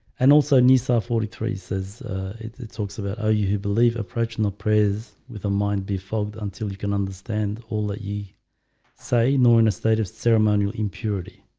and also nice r four three says it talks about oh you who believe approaching the prayers with a mind be fogged until you can understand all that. ye say no in a state of ceremonial impurity.